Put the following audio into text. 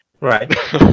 Right